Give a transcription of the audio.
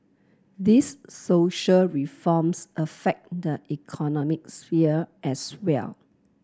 these social reforms affect the economic sphere as well